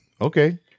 Okay